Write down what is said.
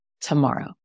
tomorrow